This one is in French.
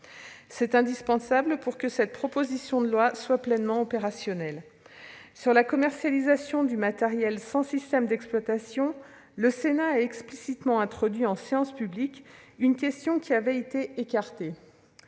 c'était indispensable pour que cette proposition de loi soit pleinement opérationnelle. En ce qui concerne la commercialisation du matériel sans système d'exploitation, le Sénat a explicitement abordé en séance publique une question qui avait été écartée.